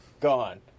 Gone